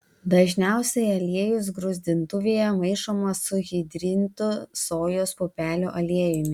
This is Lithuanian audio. dažniausiai aliejus gruzdintuvėje maišomas su hidrintu sojos pupelių aliejumi